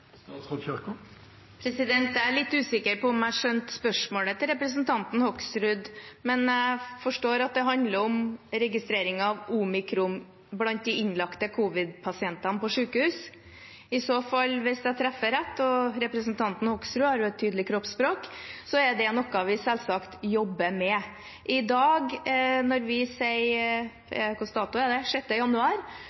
Jeg er litt usikker på om jeg skjønte spørsmålet fra representanten Hoksrud, men jeg forstår at det handler om registrering av omikron blant de innlagte covid-19-pasientene på sykehus. Hvis det er riktig oppfattet – og jeg kan se på representantens tydelige kroppsspråk at det er riktig – er det noe vi selvsagt jobber med. I dag,